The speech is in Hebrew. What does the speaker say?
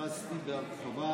התייחסתי בהרחבה